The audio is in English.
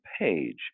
page